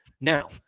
Now